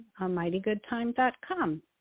amightygoodtime.com